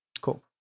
cool